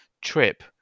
Trip